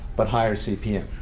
but higher cpm.